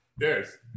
Cheers